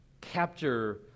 capture